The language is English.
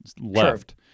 left